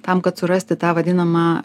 tam kad surasti tą vadinamą